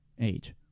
age